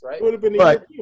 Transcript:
right